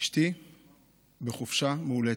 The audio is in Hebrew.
אשתי בחופשה מאולצת.